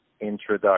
introduction